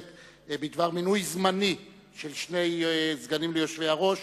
בדבר מינוי זמני של שני סגנים ליושב-ראש,